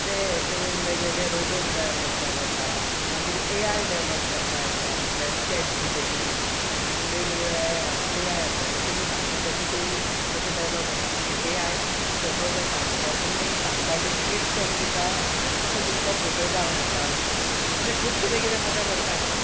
ते हे करून वेगवेगळे रोबोट तयार करपाक घेता मागीर ए आय डेवेलोप करपा येता म्हटल्यार चॅट जी पी टी आनी वेगवेगळे ए आय आसा तुमी सांगता तशी ती तशें डेवेलोप करता आनी ए आय फोटोज तुमी सांगता डिसस्क्रिपशन दिता तसो तुमकां फोटो जावन येता अशें खूब कितें कितें मजा करपाक येता